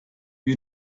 wie